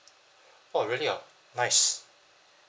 orh really ah nice